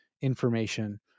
information